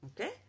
Okay